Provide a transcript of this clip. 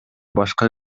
башка